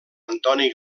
antoni